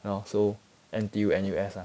!hannor! so N_T_U N_U_S lah